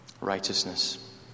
Righteousness